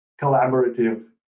collaborative